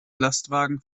lastwagen